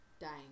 dying